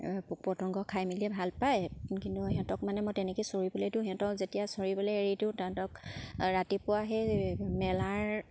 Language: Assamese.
পোক পতংগ খাই মেলিয়ে ভাল পায় কিন্তু সিহঁতক মানে মই তেনেকে চৰিবলৈ দিওঁ সিহঁতক যেতিয়া চৰিবলে এৰি দিওঁ তাহাঁতক ৰাতিপুৱা সেই মেলাৰ